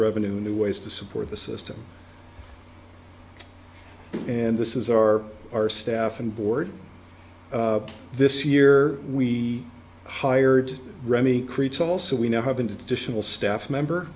revenue new ways to support the system and this is our our staff and board this year we hired remy creates also we now have an additional staff member